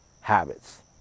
habits